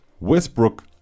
Westbrook